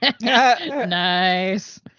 Nice